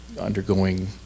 undergoing